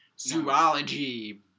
Zoology